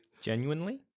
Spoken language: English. genuinely